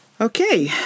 Okay